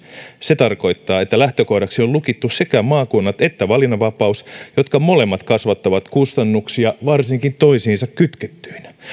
se tarkoittaa että lähtökohdaksi on lukittu sekä maakunnat että valinnanvapaus jotka molemmat kasvattavat kustannuksia varsinkin toisiinsa kytkettyinä